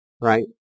Right